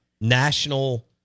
National